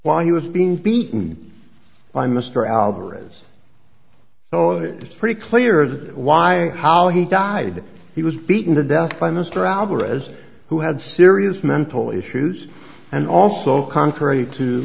while he was being beaten by mr alvarez oh it pretty clear that why how he died he was beaten to death by mr alvarez who had serious mental issues and also contrary to